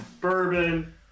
bourbon